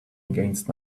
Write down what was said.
against